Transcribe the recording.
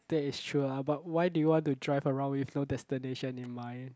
that is true ah but why do you want to drive around with no destination in mind